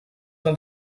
del